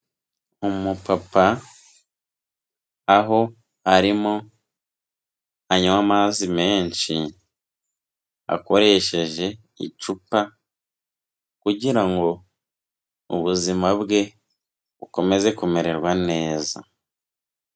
Umupapa aho arimo anywa amazi menshi, akoresheje icupa kugira ngo ubuzima bwe bukomeze kumererwa neza.